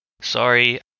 sorry